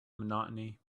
monotony